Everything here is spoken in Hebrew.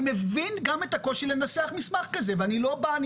מבין גם את הקושי לנסח מסמך כזה ואני לא בא,